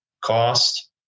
cost